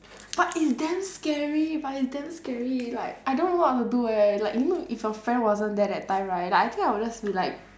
but it's damn scary but it's damn scary like I don't even know what to do eh like you know if your friend wasn't there that time right like I think I will just be like